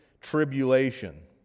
tribulation